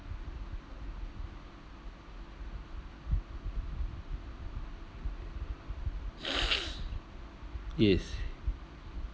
yes